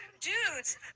dudes